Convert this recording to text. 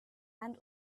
and